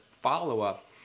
follow-up